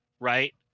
Right